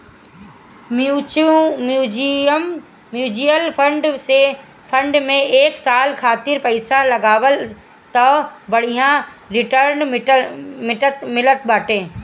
mutual fund में एक साल खातिर पईसा लगावअ तअ बढ़िया रिटर्न मिलत बाटे